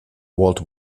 walt